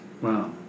Wow